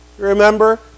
remember